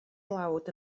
dlawd